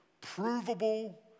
provable